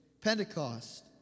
Pentecost